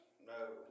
No